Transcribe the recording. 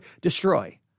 destroy